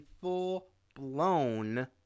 full-blown